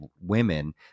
women